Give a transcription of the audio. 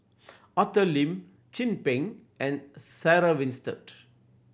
Arthur Lim Chin Peng and Sarah Winstedt